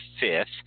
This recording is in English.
fifth